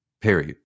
Period